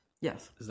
Yes